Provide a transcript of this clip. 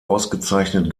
ausgezeichnet